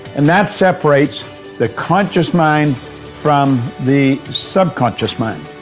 and that separates the conscious mind from the subconscious mind.